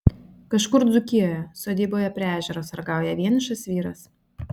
kažkur dzūkijoje sodyboje prie ežero sargauja vienišas vyras